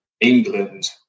England